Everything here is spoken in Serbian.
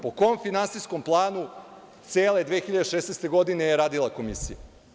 Po kom finansijskom planu je cele 2016. godine radila Komisija?